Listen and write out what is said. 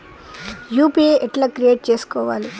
UPI ఎట్లా create చేసుకోవాలి?